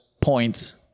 points